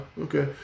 Okay